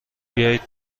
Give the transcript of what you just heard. بیاید